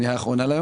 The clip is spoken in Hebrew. הפנייה האחרונה.